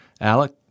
Alec